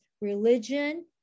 religion